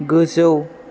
गोजौ